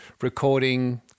Recording